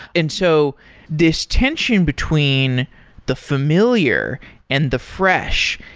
and so this tension between the familiar and the fresh,